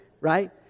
right